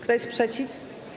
Kto jest przeciw?